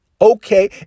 okay